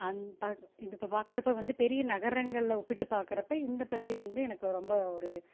அந் ப இது இப்போ பார்க்குறப்ப வந்து பெரிய நகரங்களில் ஒப்பிட்டு பார்க்குறப்ப இந்த பள்ளி வந்து எனக்கு ரொம்ப ஒரு